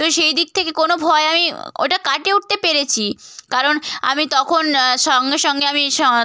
তো সেই দিক থেকে কোনো ভয় আমি ওটা কাটিয়ে উঠতে পেরেছি কারণ আমি তখন সঙ্গে সঙ্গে আমি স